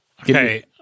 Okay